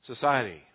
society